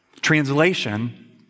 Translation